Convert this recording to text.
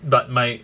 but my